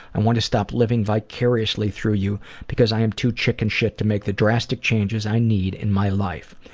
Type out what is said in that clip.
i want to stop living vicariously through you because i am too chicken shit to make the drastic changes i need in my life.